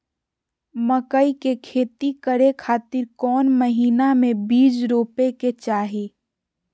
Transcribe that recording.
मकई के खेती करें खातिर कौन महीना में बीज रोपे के चाही?